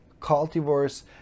cultivars